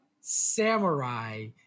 Samurai